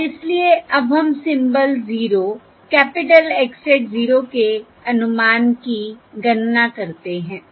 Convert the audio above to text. और इसलिए अब हम सिम्बल 0 कैपिटल X hat 0 के अनुमान की गणना करते हैं